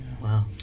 Wow